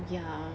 ya